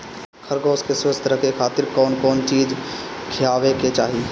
खरगोश के स्वस्थ रखे खातिर कउन कउन चिज खिआवे के चाही?